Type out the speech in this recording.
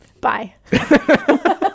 bye